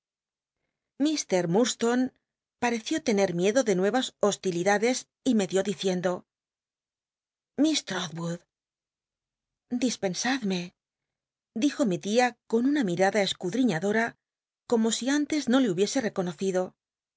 onc patcció lcnc miedo de nueras hostilidades y medio diciendo lliss tro tood dispensadmc dijo mi tia con nna mirada escudriñadora como si antes no le hubiese reconocido